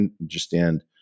understand